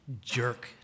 jerk